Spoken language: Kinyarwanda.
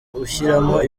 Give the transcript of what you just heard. ushyiramo